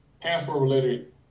password-related